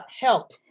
help